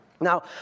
Now